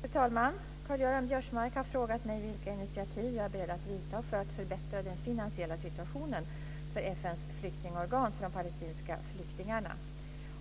Fru talman! Karl-Göran Biörsmark har frågat mig vilka initiativ jag är beredd att ta för att förbättra den finansiella situationen för FN:s flyktingorgan för de palestinska flyktingarna